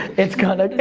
it's gonna,